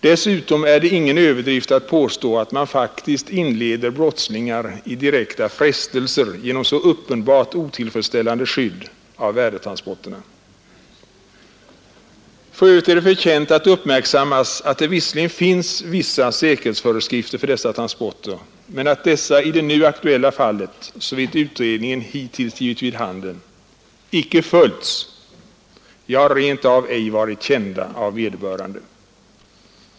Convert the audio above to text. Dessutom är det ingen överdrift att påstå att man faktiskt inleder brottslingar i direkta frestelser genom uppenbart otillfredsställande skydd av värdetransporterna. För övrigt är det förtjänt att uppmärksammas att det visserligen finns vissa säkerhetsbestämmelser för dessa transporter men att dessa i det nu aktuella fallet, såvitt utredningen hittills givit vid handen, icke följts — ja, rent av ej varit kända av vederbörande.